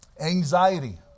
Anxiety